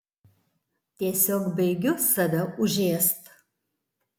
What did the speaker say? tiesiog baigiu save užėst